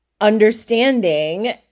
understanding